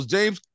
James